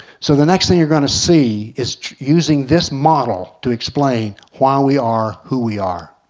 so the next thing you're going to see is using this model to explain why we are who we are.